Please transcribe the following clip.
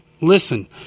listen